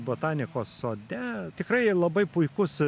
botanikos sode tikrai labai puikus